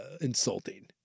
insulting